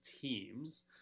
teams